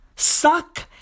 Suck